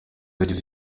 yagize